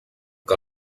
que